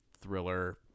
thriller